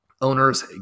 owners